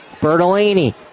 Bertolini